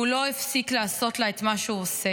והוא לא הפסיק לעשות לה את מה שהוא עושה,